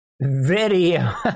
video